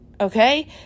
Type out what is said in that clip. Okay